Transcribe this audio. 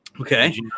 Okay